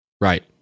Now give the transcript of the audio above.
Right